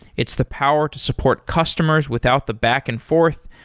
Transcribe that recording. it's the power to support customers without the back and forth,